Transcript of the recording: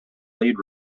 lead